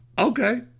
Okay